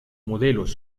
modelos